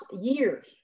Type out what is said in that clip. years